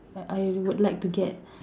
that I would like to get